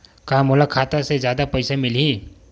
का मोला खाता से जादा पईसा मिलही?